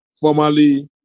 formally